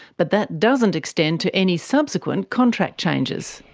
but that doesn't extend to any subsequent contract changes.